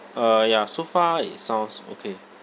uh ya so far it sounds okay